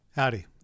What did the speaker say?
Howdy